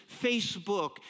Facebook